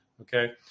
Okay